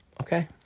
Okay